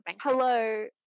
hello